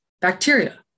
bacteria